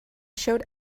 showed